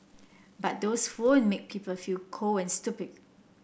but those phone make people feel cold and stupid